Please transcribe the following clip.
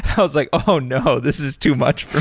i was like, oh, no! this is too much